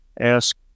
ask